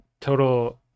total